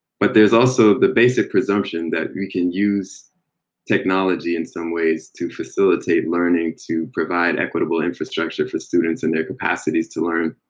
but there's also the basic presumption that we can use technology in some ways to facilitate learning, to provide equitable infrastructure for students and their capacities to learn.